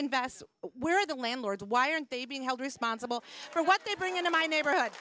invest where the landlords why aren't they being held responsible for what they bring into my neighborhood